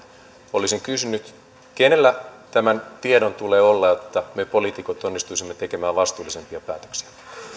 olisin kysynyt kenellä tämän tiedon tulee olla että me poliitikot onnistuisimme tekemään vastuullisempia päätöksiä